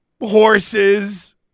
horses